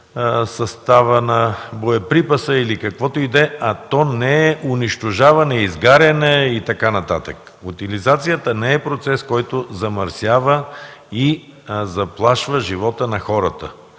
състава на боеприпаса или каквото и да е, а то не е унищожаване, изгаряне и така нататък. Утилизацията не е процес, който замърсява и заплашва живота на хората.